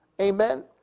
Amen